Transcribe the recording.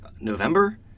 November